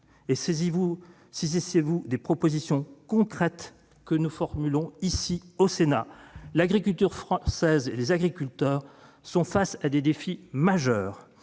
et saisissez-vous des propositions concrètes que formule le Sénat. L'agriculture française et les agriculteurs sont face à des défis majeurs